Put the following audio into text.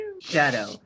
Shadow